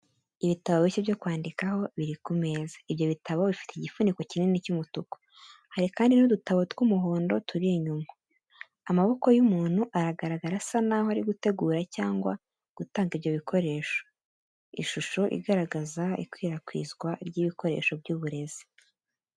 Ibitabo bishya byo kwandikaho biri ku meza, ibyo bitabo bifite igifuniko kinini cy'umutuku. Hari kandi n'udutabo tw'umuhondo turi inyuma. Amaboko y'umuntu aragaragara, asa naho ari gutegura cyangwa gutanga ibyo bikoresho. Ishusho igaragaza ikwirakwizwa ry'ibikoresho by'uburezi.